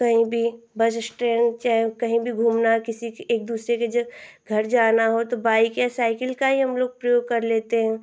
कहीं भी buses train चाहे कहीं भी घूमना किसी कि एक दूसरे के जो घर जाना हो तो बाइक या साइकिल का ही हम लोग प्रयोग कर लेते हैं